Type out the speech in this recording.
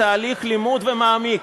והוא תהליך לימוד מעמיק.